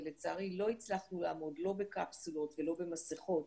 ולצערי לא הצלחנו לעמוד לא בקפסולות ולא במסיכות,